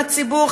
הציבור,